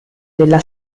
della